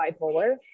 bipolar